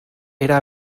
era